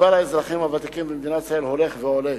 מספר האזרחים הוותיקים במדינת ישראל הולך ועולה,